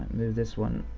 move this one,